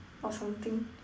or something